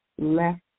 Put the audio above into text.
left